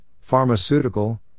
Pharmaceutical